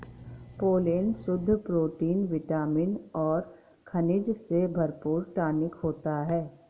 pollen शुद्ध protein vitamin और खनिजों से भरपूर टॉनिक होता है